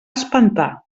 espantar